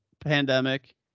pandemic